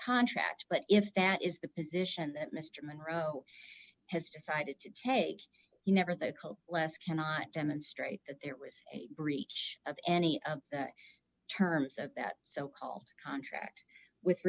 contract but if that is the position that mr monroe has decided to take you never the co last cannot demonstrate that there was a breach of any of the terms of that so called contract with